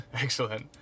Excellent